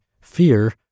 fear